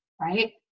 right